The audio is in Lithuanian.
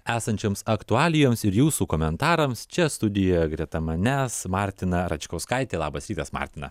esančioms aktualijoms ir jūsų komentarams čia studijoje greta manęs martina račkauskaitė labas rytas martina